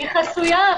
היא חסויה.